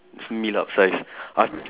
meal upsized a~